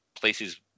places